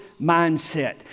mindset